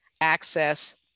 access